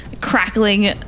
crackling